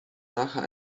nachher